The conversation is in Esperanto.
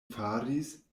faris